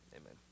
amen